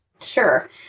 sure